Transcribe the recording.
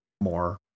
more